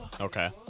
Okay